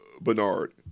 Bernard